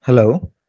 Hello